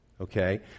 okay